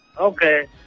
Okay